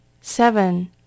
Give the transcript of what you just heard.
Seven